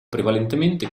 prevalentemente